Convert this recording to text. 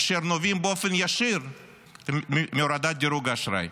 אשר נובעים באופן ישיר מהורדת דירוג האשראי.